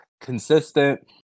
consistent